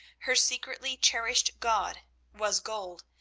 her secretly-cherished god was gold,